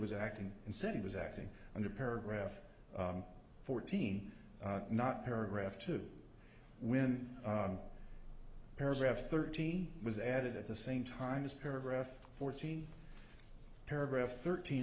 was acting and said he was acting under paragraph fourteen not paragraph two when paragraph thirty was added at the same time as paragraph fourteen paragraph thirteen